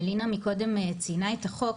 ולינא מקודם ציינה את החוק.